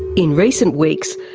in recent weeks,